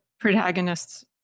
protagonist's